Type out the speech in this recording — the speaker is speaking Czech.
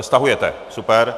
Stahujete, super.